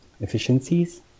efficiencies